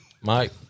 Mike